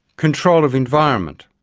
control of environment,